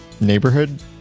neighborhood